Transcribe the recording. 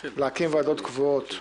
להקים ועדות קבועות,